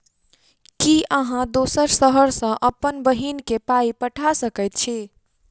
की अहाँ दोसर शहर सँ अप्पन बहिन केँ पाई पठा सकैत छी?